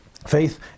Faith